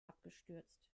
abgestürzt